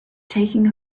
taking